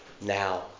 now